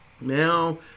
Now